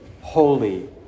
holy